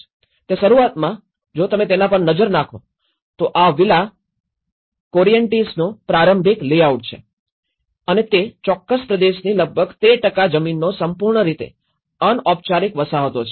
અહીં તે શરૂઆતમાં જો તમે તેના પર નજર નાખો તો આ વિલા કોરિએન્ટિસનો પ્રારંભિક લેઆઉટ છે અને તે ચોક્કસ પ્રદેશની લગભગ ૧૩ જમીનો સંપૂર્ણ રીતે અનૌપચારિક વસાહતો છે